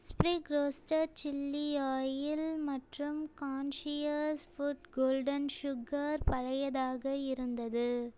ஸ்பிரிக் roasted chilli oil மற்றும் conscious food golden sugar பழையதாக இருந்தது